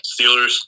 Steelers